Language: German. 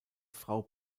frau